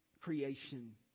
creation